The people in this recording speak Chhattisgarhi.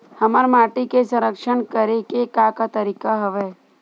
हमर माटी के संरक्षण करेके का का तरीका हवय?